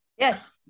Yes